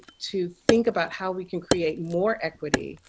to think about how we can create more equity,